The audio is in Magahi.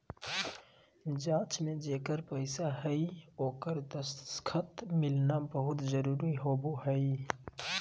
जाँच में जेकर पैसा हइ ओकर दस्खत मिलना बहुत जरूरी होबो हइ